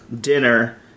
dinner